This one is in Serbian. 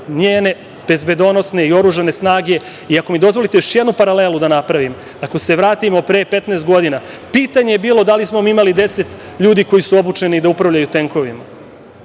njene bezbednosne i oružane snage. Ako mi dozvolite još jednu paralelu da napravim, ako se vratimo pre 15 godina, pitanje je bilo da li smo mi imali 10 ljudi koji su obučeni da upravljaju tenkovima,